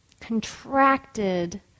contracted